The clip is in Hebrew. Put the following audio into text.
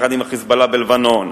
יחד עם ה"חיזבאללה" בלבנון,